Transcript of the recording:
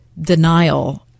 denial